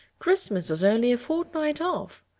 christmas was only a fortnight off.